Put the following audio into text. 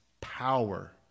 power